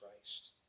Christ